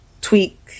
tweak